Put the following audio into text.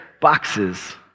boxes